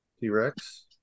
T-Rex